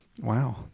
Wow